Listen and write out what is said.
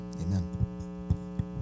Amen